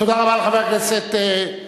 תודה רבה לחבר הכנסת דנון.